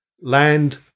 Land